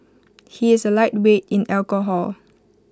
he is A lightweight in alcohol